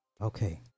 okay